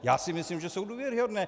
Já si myslím, že jsou důvěryhodné.